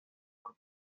por